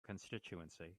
constituency